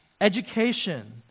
education